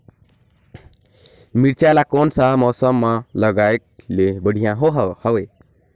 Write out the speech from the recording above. मिरचा ला कोन सा मौसम मां लगाय ले बढ़िया हवे